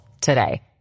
today